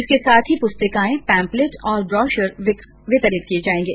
इसके साथ ही प्रस्तिकाएं पेम्पप्लेट और ब्रॉशर वितरित किये जायेंगे